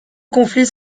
conflits